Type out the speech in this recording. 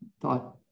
thought